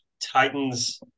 Titans